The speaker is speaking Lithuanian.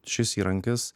šis įrankis